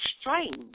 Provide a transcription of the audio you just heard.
strange